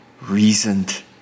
reasoned